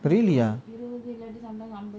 really ah